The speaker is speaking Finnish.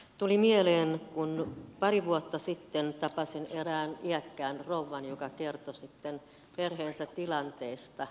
tuli mieleen kun pari vuotta sitten tapasin erään iäkkään rouvan joka kertoi perheensä tilanteesta